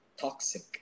toxic